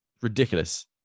Ridiculous